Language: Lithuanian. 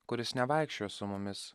kuris nevaikščiojo su mumis